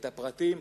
את הפרטים,